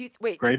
Wait